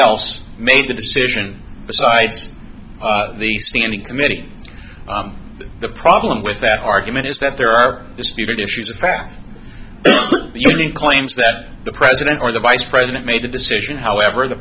else made the decision besides the standing committee the problem with that argument is that there are disputed issues of fact claims that the president or the vice president made the decision however the